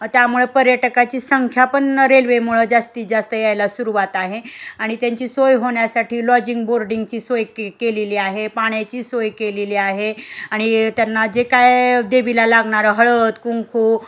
त्यामुळे पर्यटकाची संख्या पण रेल्वेमुळं जास्तीत जास्त यायला सुरुवात आहे आणि त्यांची सोय होण्यासाठी लॉजिंग बोर्डिंगची सोय के केलेली आहे पाण्याची सोय केलेली आहे आणि त्यांना जे काय देवीला लागणारं हळद कुंकू